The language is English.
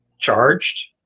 charged